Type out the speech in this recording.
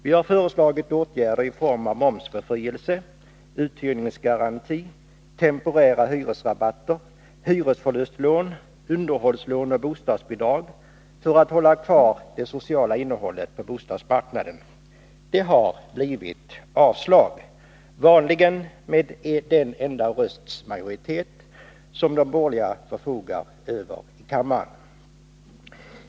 Vi har föreslagit åtgärder i form av momsbefrielse, uthyrningsgaranti, temporära hyresrabatter, hyresförlustlån, underhållslån och bostadsbidrag för att hålla kvar det sociala innehållet på bostadsmarknaden. Det har blivit avslag — vanligen med den enda rösts majoritet som de borgerliga förfogar över i kammaren.